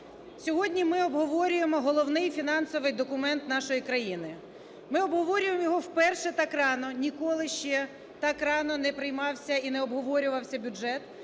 Сьогодні ми обговорюємо головний фінансовий документ нашої країни. Ми обговорюємо його вперше так рано. Ніколи ще так рано не приймався і не обговорювався бюджет.